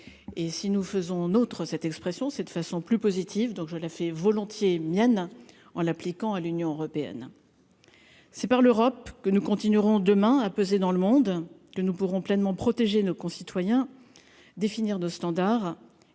et si nous faisons nôtre cette expression c'est de façon plus positive, donc je la fais volontiers mienne en l'appliquant à l'Union européenne, c'est par l'Europe que nous continuerons demain à peser dans le monde que nous pourrons pleinement protéger nos concitoyens définir De Standaard